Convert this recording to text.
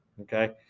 okay